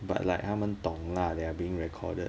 but like 他们懂 lah they are being recorded